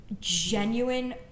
genuine